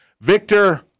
Victor